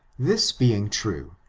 this being true,